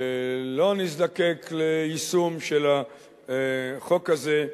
ולא נזדקק ליישום של החוק הזה.